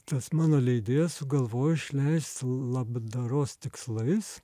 tas mano leidėjas sugalvojo išleist labdaros tikslais